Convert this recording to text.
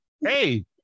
Hey